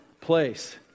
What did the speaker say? place